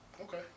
Okay